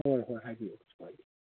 ꯍꯣꯏ ꯍꯣꯏ ꯍꯥꯏꯕꯤꯎ